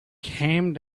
came